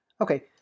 Okay